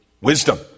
wisdom